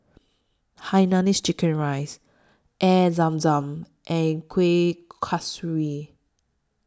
Hainanese Chicken Rice Air Zam Zam and Kueh Kasturi